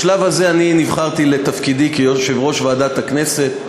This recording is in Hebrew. בשלב הזה אני נבחרתי לתפקידי כיושב-ראש ועדת הכנסת,